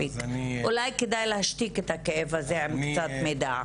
אולי כדאי להשתיק את הכאב הזה עם קצת מידע.